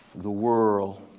the world,